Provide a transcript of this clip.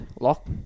lock